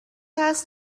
هست